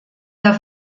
der